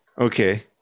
Okay